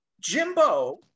Jimbo